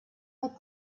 but